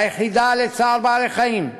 היחידה לצער בעלי-חיים,